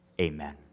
amen